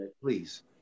please